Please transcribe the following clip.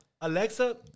Alexa